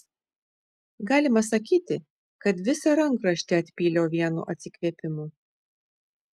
galima sakyti kad visą rankraštį atpyliau vienu atsikvėpimu